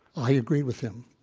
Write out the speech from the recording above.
i agree with him.